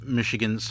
Michigan